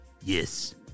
Yes